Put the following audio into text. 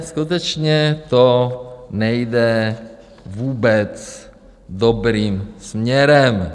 Skutečně to nejde vůbec dobrým směrem.